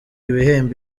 ibihembo